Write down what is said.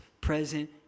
present